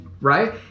right